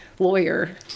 lawyer